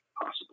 possible